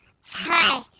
Hi